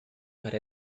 para